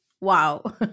wow